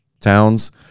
Towns